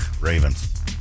Ravens